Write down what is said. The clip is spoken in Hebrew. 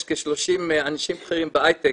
יש כ-30 אנשים בכירים בהייטק,